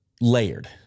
layered